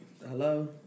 hello